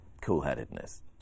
cool-headedness